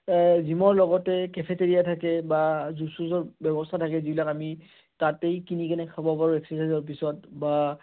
জিমৰ লগতে কেফেটেৰিয়া থাকে বা জুচ চুজৰ ব্যৱস্থা থাকে যিবিলাক আমি তাতেই কিনি কিনে খাব পাৰোঁ এক্সাৰচাইজৰ পিছত বা